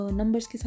numbers